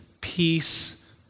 peace